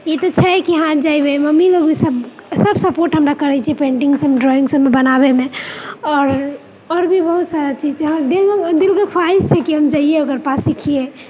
ई तऽ छै कि हँ जाहिमे मम्मी लोग भी सभ सभ सपोर्ट हमरा करैत छै पेन्टिंगसभ ड्रॉइंगसभ बनाबयमे आओर आओर भी बहुत सारा चीज छै आओर दिल दिलके ख्वाहिश छै कि हम जइयै ओकर पास सिखियै